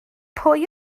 pwy